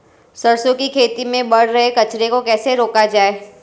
सरसों की खेती में बढ़ रहे कचरे को कैसे रोका जाए?